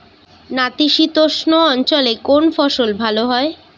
নাতিশীতোষ্ণ অঞ্চলে কোন ফসল ভালো হয়?